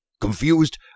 confused